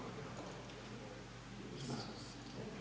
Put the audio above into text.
Hvala